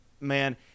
man